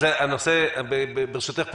ברשותך,